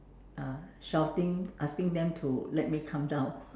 uh shouting asking them to let me come down